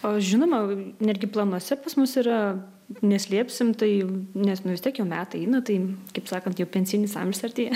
o žinoma netgi planuose pas mus yra neslėpsim tai nes vis tiek jau metai eina tai kaip sakant jau pensinis amžius artėja